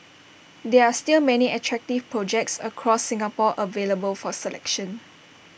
there are still many attractive projects across Singapore available for selection